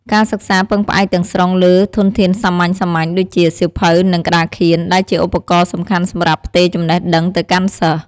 ការសិក្សាពឹងផ្អែកទាំងស្រុងលើធនធានសាមញ្ញៗដូចជា សៀវភៅ និង ក្តារខៀន ដែលជាឧបករណ៍សំខាន់សម្រាប់ផ្ទេរចំណេះដឹងទៅកាន់សិស្ស។